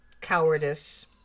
cowardice